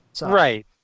Right